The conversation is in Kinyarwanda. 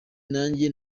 nanjye